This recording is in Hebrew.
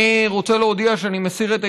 אני רוצה להודיע שאני מסיר את ההתנגדות,